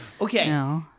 okay